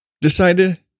decided